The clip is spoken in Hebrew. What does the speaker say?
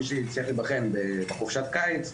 מי שיצליח להיבחן בחופשת קיץ,